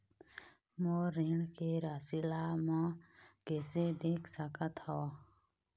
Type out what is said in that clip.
मोर ऋण के राशि ला म कैसे देख सकत हव?